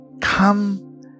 come